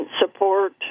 support